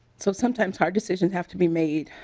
so sometimes hard decisions have to be made